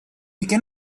again